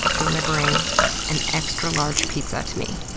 delivering an extra-large pizza to me.